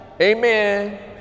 amen